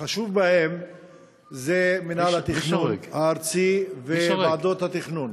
החשוב בהם זה מינהל התכנון הארצי וועדות התכנון.